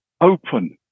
open